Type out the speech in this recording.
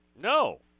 No